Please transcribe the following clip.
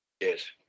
Yes